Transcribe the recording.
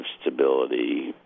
stability